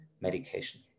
medication